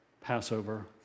Passover